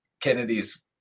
Kennedy's